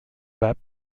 web